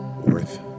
worth